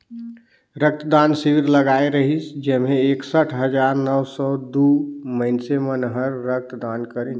रक्त दान सिविर लगाए रिहिस जेम्हें एकसठ हजार नौ सौ दू मइनसे मन हर रक्त दान करीन हे